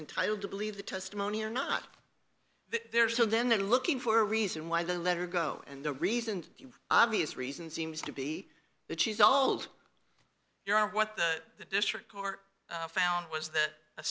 entitled to believe the testimony or not there so then they're looking for a reason why they let her go and the reason obvious reason seems to be that she's old you know what the district court found was that a